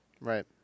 Right